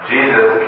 Jesus